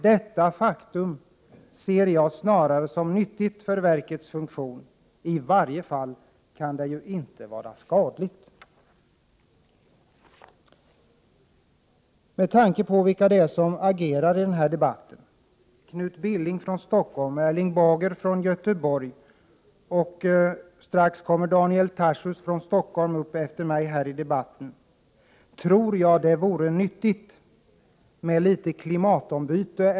Detta faktum ser jag snarare som nyttigt för verkets funktion; i varje fall kan det inte vara skadligt. För dem som agerar i den här debatten — Knut Billing från Stockholm, Erling Bager från Göteborg och Daniel Tarschys från Stockholm, som kommer efter mig på talarlistan — tror jag det vore nyttigt med litet klimatombyte.